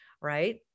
Right